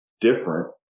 different